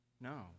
No